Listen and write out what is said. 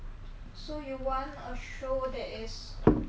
ya because you don't get expo~ exposure to that [what]